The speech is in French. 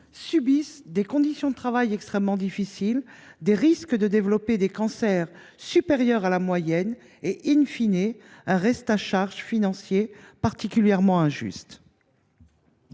seulement des conditions de travail extrêmement difficiles, mais aussi des risques de développer des cancers supérieurs à la moyenne et,, un reste à charge financier particulièrement injuste.